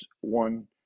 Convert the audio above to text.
one